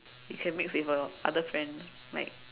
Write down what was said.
you can mix with your other friend like